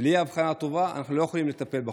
בלי אבחנה טובה אנחנו לא יכולים לטפל בחולה.